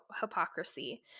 hypocrisy